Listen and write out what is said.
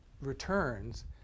returns